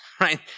right